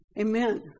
Amen